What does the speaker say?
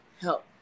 Help